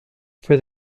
for